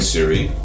Siri